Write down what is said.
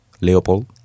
Leopold